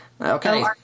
Okay